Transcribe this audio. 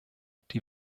die